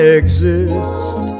exist